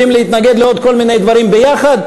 יודעים להתנגד לעוד כל מיני דברים ביחד,